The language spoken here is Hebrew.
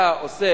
אתה עושה,